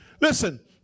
Listen